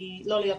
לא לי הפתרונים.